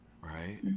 Right